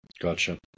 Gotcha